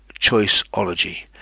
Choiceology